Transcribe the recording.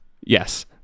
Yes